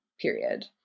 period